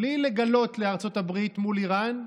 בלי לגלות לארצות הברית מול איראן,